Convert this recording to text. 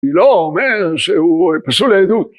‫הוא לא אומר שהוא פסול עדות.